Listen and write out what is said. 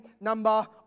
number